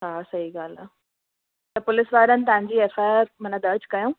हा सही ॻाल्हि आहे त पुलिस वारनि तव्हांजी एफ आई आर माना दर्जु कयऊं